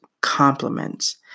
compliments